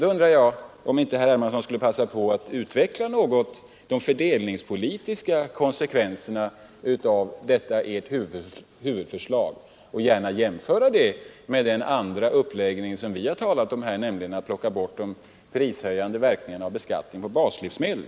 Då undrar jag om inte herr Hermansson skulle passa på att något utveckla de fördelningspolitiska konsekvenserna av detta ert huvudförslag och gärna jämföra det med den andra uppläggningen som vi har talat om, nämligen att ta bort de prishöjande verkningarna av beskattning på baslivsmedel.